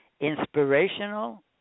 inspirational